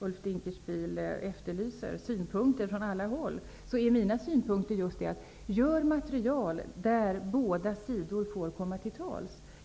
Ulf Dinkelspiel efterlyser goda råd och synpunkter från alla håll. Mitt råd är: Gör material där båda sidor får komma till tals.